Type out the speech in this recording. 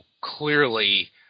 clearly